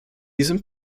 diesem